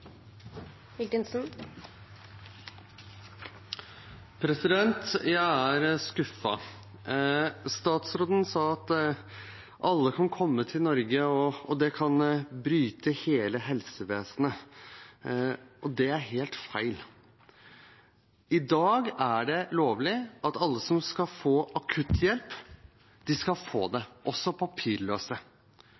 Jeg er skuffet. Statsråden sa at da kan alle komme til Norge, og at det kan bryte ned hele helsevesenet. Det er helt feil. I dag er loven slik at alle som trenger akutthjelp, skal få det, også papirløse. Forslaget vårt er at de kan få